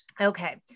Okay